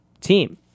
team